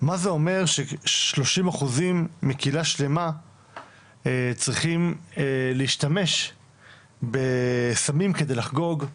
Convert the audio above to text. מה זה אומר ששלושים אחוזים מקהילה שלמה צריכים להשתמש בסמים כדי לחגוג,